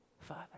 Father